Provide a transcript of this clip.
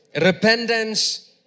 repentance